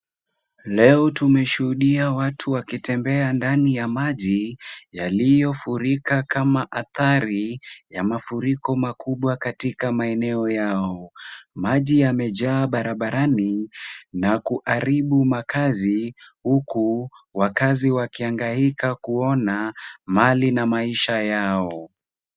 Leo tumeshuhudia watu wakitembea ndani ya maji, yaliyofurika kama athari ya mafuriko makubwa katika maeneo yao. Maji yamejaa barabarani na kuharibu makazi, huku wakazi wakihangaika kuona mali na maisha yao.